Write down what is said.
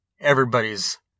everybody's